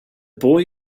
boy